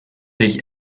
dich